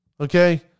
okay